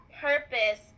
purpose